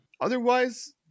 otherwise